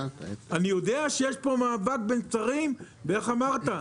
אני יודע שיש פה מאבק בין שרים, ואיך אמרת?